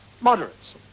moderates